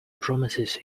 promises